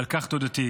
ועל כך תודתי.